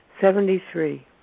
Seventy-three